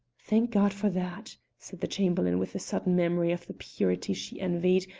thank god for that! said the chamberlain with a sudden memory of the purity she envied,